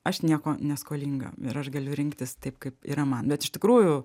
aš nieko neskolinga ir aš galiu rinktis taip kaip yra man bet iš tikrųjų